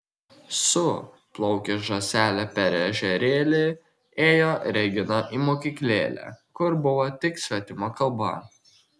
su plaukė žąselė per ežerėlį ėjo regina į mokyklėlę kur buvo tik svetima kalba